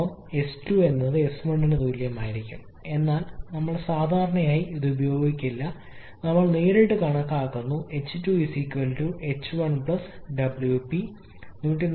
ഒപ്പം s2 𝑠1 എന്നാൽ ഞങ്ങൾ സാധാരണയായി ഇത് ഉപയോഗിക്കില്ല ഞങ്ങൾ നേരിട്ട് കണക്കാക്കുന്നു h2 ℎ1 𝑊𝑃 144